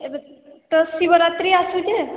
ଏବେ ତ ଶିବରାତ୍ରି ଆସିଛେ